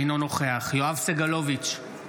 אינו נוכח יואב סגלוביץ'